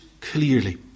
clearly